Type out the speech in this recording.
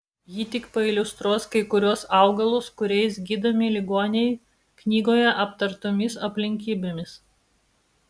ji tik pailiustruos kai kuriuos augalus kuriais gydomi ligoniai knygoje aptartomis aplinkybėmis